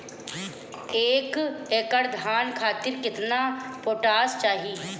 एक एकड़ धान खातिर केतना पोटाश चाही?